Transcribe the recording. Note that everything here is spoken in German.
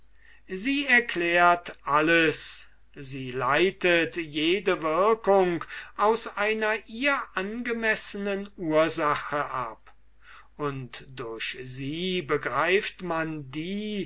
sie erklärt alles sie leitet jede wirkung aus einer ihr angemessenen ursache ab und durch sie begreift man die